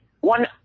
One